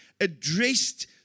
addressed